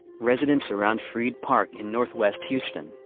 residents around freed park in northwest houston,